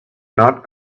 not